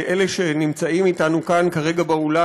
לאלה שנמצאים אתנו כאן כרגע באולם,